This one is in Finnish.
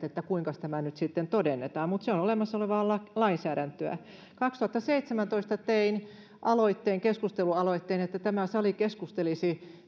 siitä kuinkas tämä nyt sitten todennetaan mutta se on olemassa olevaa lainsäädäntöä kaksituhattaseitsemäntoista tein keskustelualoitteen että tämä sali keskustelisi